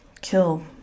Kill